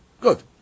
Good